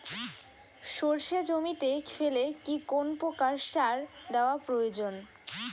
সর্ষে জমিতে ফেলে কি কোন প্রকার সার দেওয়া প্রয়োজন?